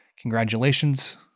congratulations